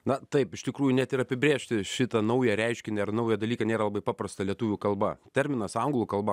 na taip iš tikrųjų net ir apibrėžti šitą naują reiškinį ar naują dalyką nėra labai paprasta lietuvių kalba terminas anglų kalba